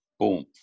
boom